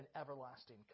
everlasting